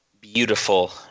beautiful